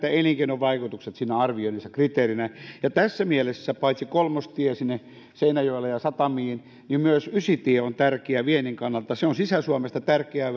ja elinkeinovaikutukset siinä arvioinnissa kriteereinä tässä mielessä paitsi kolmostie seinäjoelle ja satamiin myös ysitie on tärkeä viennin kannalta se on sisä suomesta tärkeä